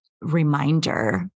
reminder